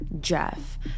Jeff